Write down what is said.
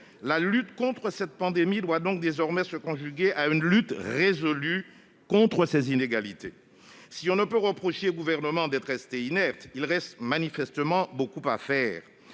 La lutte contre la pandémie doit donc désormais se conjuguer à une lutte résolue contre ces inégalités. Si l'on ne peut reprocher au Gouvernement d'être demeuré inerte, il reste manifestement beaucoup à faire.